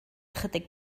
ychydig